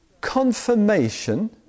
confirmation